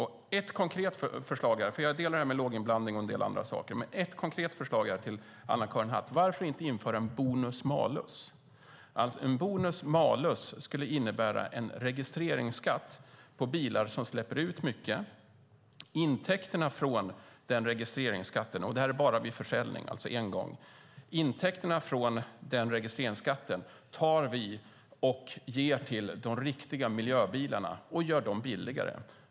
Jag håller med om detta med låginblandning och en del andra saker, men ett konkret förslag till Anna-Karin Hatt är att införa en bonus malus. En bonus malus skulle innebära en registreringsskatt på bilar som släpper ut mycket. Intäkterna från den registreringsskatten - och det gäller bara vid försäljning, det vill säga en gång - skulle vi ge till de riktiga miljöbilarna för att göra dem billigare.